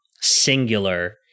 singular